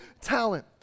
talent